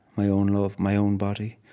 my own love, my own body.